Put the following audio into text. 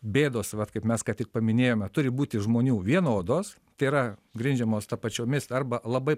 bėdos vat kaip mes ką tik paminėjome turi būti žmonių vienodos tai yra grindžiamos tapačiomis arba labai